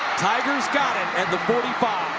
tigers got it at the forty five.